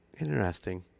Interesting